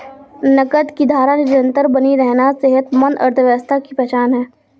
नकद की धारा निरंतर बनी रहना सेहतमंद अर्थव्यवस्था की पहचान है